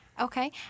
Okay